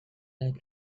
like